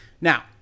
now